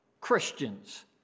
Christians